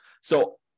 So-